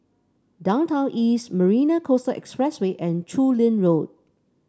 Downtown East Marina Coastal Expressway and Chu Lin Road